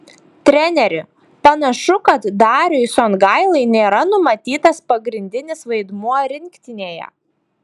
treneri panašu kad dariui songailai nėra numatytas pagrindinis vaidmuo rinktinėje